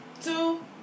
Two